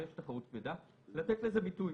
ויש תחרות כבדה לתת לזה ביטוי.